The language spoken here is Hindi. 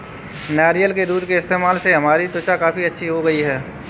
नारियल के दूध के इस्तेमाल से हमारी त्वचा काफी अच्छी हो गई है